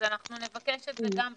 אז אנחנו נבקש את זה גם בסיכום.